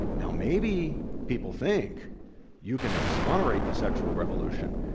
now maybe people think you can exonerate the sexual revolution.